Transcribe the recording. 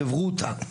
מחברותא,